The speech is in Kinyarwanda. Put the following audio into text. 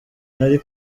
nari